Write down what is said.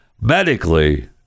medically